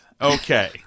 Okay